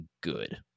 good